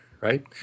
right